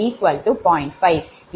5